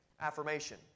affirmation